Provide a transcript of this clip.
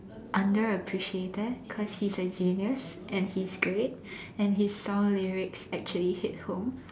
under appreciated because he's a genius and he's great and his song lyrics actually hit home